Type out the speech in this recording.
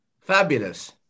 Fabulous